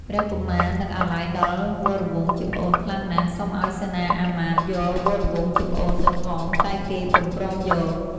ព្រះកុមារ នឹកអាល័យដល់វរវង្សជាប្អូនខ្លាំងណាស់ សុំឲ្យសេនាមាត្យយកវរវង្សជាប្អូនទៅផង តែគេពុំព្រមយក។